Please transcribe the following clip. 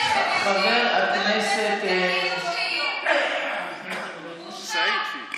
חבר הכנסת סמי אבו שחאדה.